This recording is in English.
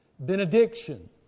Benediction